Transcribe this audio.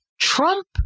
Trump